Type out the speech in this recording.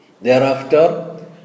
Thereafter